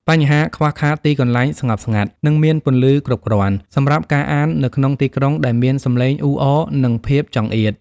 បញ្ហាខ្វះខាតទីកន្លែងស្ងប់ស្ងាត់ និងមានពន្លឺគ្រប់គ្រាន់សម្រាប់ការអាននៅក្នុងទីក្រុងដែលមានសម្លេងអ៊ូអរ និងភាពចង្អៀត។